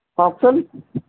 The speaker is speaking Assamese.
কওকচোন